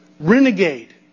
Renegade